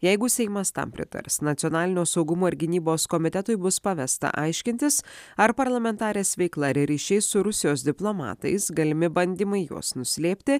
jeigu seimas tam pritars nacionalinio saugumo ir gynybos komitetui bus pavesta aiškintis ar parlamentarės veikla ir ryšiai su rusijos diplomatais galimi bandymai juos nuslėpti